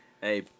Hey